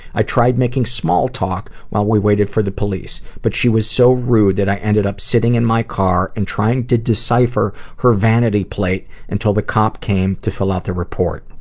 i tried making small talk while we waited for the police, but she was so rude that i ended up sitting in my car and trying to decipher her vanity plate until the cop came to fill out the report.